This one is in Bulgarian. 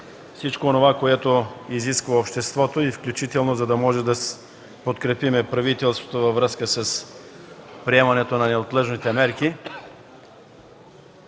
всичко онова, което изисква обществото, включително за да можем да подкрепим правителството във връзка с приемането на неотложните мерки.